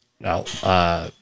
Now